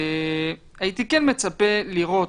הייתי כן מצפה לראות,